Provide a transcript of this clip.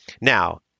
now